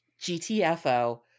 gtfo